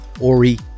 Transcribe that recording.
Ori